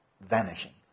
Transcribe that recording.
vanishing